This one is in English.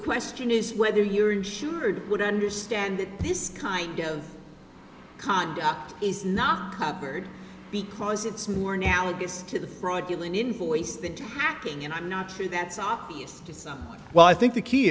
question is whether your insured would understand that this kind of conduct is not covered because it's more now it gets to the fraud filling in for ways the tapping and i'm not sure that's obvious well i think the key